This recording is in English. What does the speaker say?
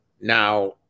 Now